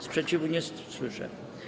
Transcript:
Sprzeciwu nie słyszę.